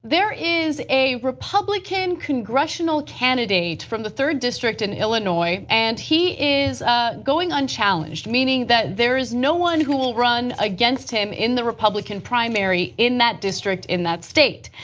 there is a republican congressional candidates from the third district in illinois, and he is going unchallenged meaning that there is no one who will run against him in the republican primary in that district in that state.